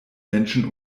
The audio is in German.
menschen